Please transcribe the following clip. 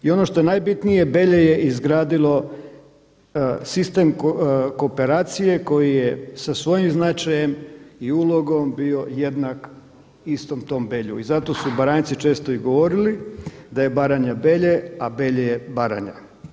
I ono što je najbitnije, Belje je izgradilo sistem kooperacije koji je sa svojim značajem i ulogom bio jednak istom tom Belju i zato su Baranjci često i govorili da je Baranja Belje, a Belje je Baranja.